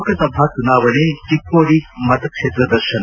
ಲೋಕಸಭಾ ಚುನಾವಣೆ ಚಿಕ್ಕೋಡಿ ಕ್ವೇತ್ರ ದರ್ಶನ